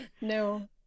No